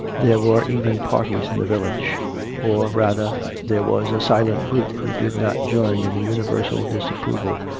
there were even parties in the village or, rather, there was a silent group who did not join in the universal dis approval,